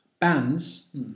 Bands